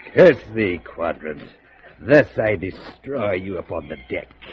it's the quadrant this i destroy you upon the deck